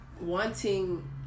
wanting